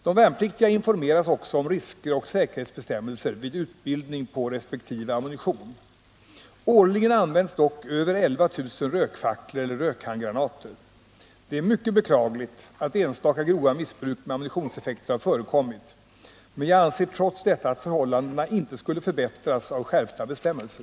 De värnpliktiga informeras också om risker och säkerhetsbestämmelser vid utbildning på resp. ammunition. Årligen används dock över 11000 rökfacklor eller rökhandgranater. Det är mycket beklagligt att enstaka grova missbruk med ammunitionseffekter har förekommit, men jag anser trots detta att förhållandena inte skulle förbättras av skärpta bestämmelser.